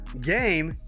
game